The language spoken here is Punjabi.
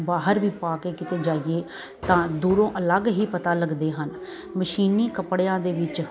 ਬਾਹਰ ਵੀ ਪਾ ਕੇ ਕਿਤੇ ਜਾਈਏ ਤਾਂ ਦੂਰੋਂ ਅਲੱਗ ਹੀ ਪਤਾ ਲੱਗਦੇ ਹਨ ਮਸ਼ੀਨੀ ਕੱਪੜਿਆਂ ਦੇ ਵਿੱਚ